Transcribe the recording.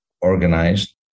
organized